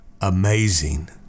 amazing